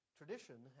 tradition